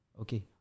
okay